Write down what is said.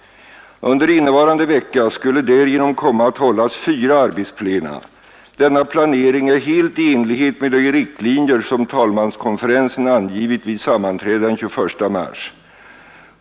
Under innevarande vecka skulle därigenom komma att hållas fyra arbetsplena. Denna planering är helt i enlighet med de riktlinjer som talmanskonferensen angivit vid sammanträde den 21 mars.